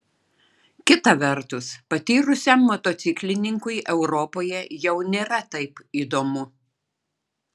kita vertus patyrusiam motociklininkui europoje jau nėra taip įdomu